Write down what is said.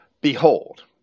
Behold